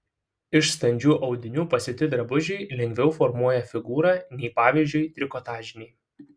iš standžių audinių pasiūti drabužiai lengviau formuoja figūrą nei pavyzdžiui trikotažiniai